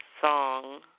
song